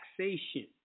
taxation